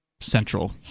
central